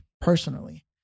personally